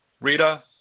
Rita